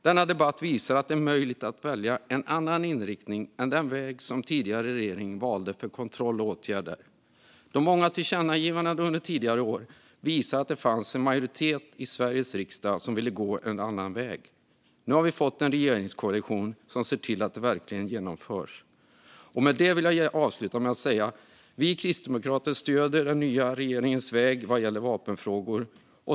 Denna debatt visar att det är möjligt att välja en annan inriktning än den som den tidigare regeringen valde för kontroll och åtgärder. De många tillkännagivandena under tidigare år visade att det fanns en majoritet i Sverige riksdags som ville gå en annan väg. Nu har vi fått en regeringskoalition som ser till att det verkligen genomförs. Jag vill avsluta med att säga att vi kristdemokrater stöder den nya regeringens väg vad gäller vapenfrågor.